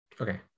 Okay